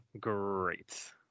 great